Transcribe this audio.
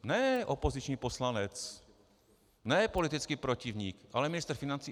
Ne opoziční poslanec, ne politický protivník, ale ministr financí.